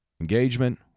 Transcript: engagement